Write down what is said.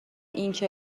اینکه